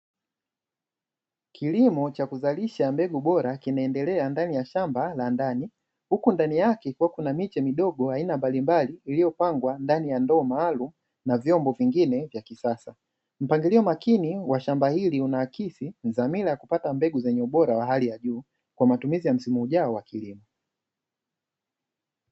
Kilimo cha kuzalisha mbegu bora kinaendelea ndani ya shamba la ndani, huku ndani yake kukiwa na miche midogo aina mbalimbali iliyopangwa ndani ya ndoo maalumu na vyombo vingine vya kisasa. Mpangalio makini wa shamba hili unaakisi dhamira ya kupata mbegu zenye ubora wa hali ya juu kwa matumizi ya msimu ujao wa kilimo.